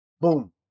Boom